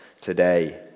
today